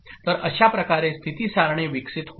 तर अशाप्रकारे स्थिती सारणी विकसित होईल